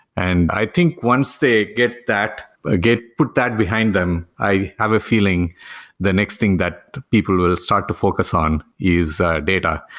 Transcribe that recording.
and i think once they get that ah gate put that behind them, i have a feeling the next thing that people will start to focus on is data.